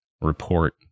report